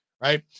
right